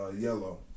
yellow